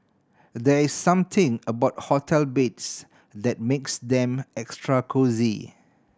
there is something about hotel beds that makes them extra cosy